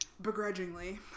begrudgingly